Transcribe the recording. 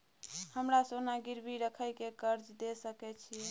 हमरा सोना गिरवी रखय के कर्ज दै सकै छिए?